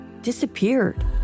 disappeared